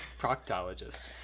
proctologist